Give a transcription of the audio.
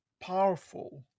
powerful